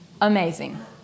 amazing